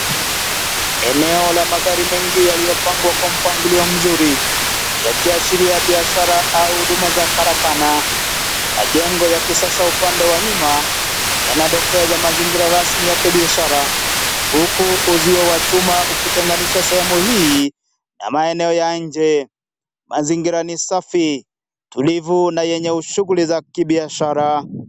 Eneo la magari mengi yaliyopangwa kwa mpangilio mzuri, yakiashiria biashara au huduma za karakana majengo yakisasa upande wa nyuma yanadokeza mazingira rasmi ya kibiashara huku uzio wa chuma ukitenganisha sehemu hii ama eneo la nje, mazingira ni safi tulivu na yenye ushughuli za kibiashara.